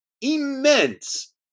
immense